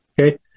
Okay